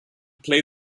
play